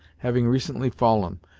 having recently fallen,